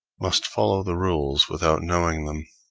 must follow the rules without knowing them.